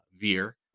Veer